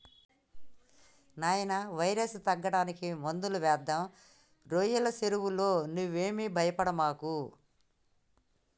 నాయినా వైరస్ తగ్గడానికి మందులు వేద్దాం రోయ్యల సెరువులో నువ్వేమీ భయపడమాకు